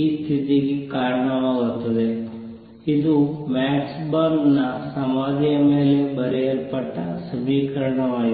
ಈ ಸ್ಥಿತಿಗೆ ಕಾರಣವಾಗುತ್ತದೆ ಇದು ಮ್ಯಾಕ್ಸ್ ಬಾರ್ನ್ ನ ಸಮಾಧಿಯ ಮೇಲೆ ಬರೆಯಲ್ಪಟ್ಟ ಸಮೀಕರಣವಾಗಿದೆ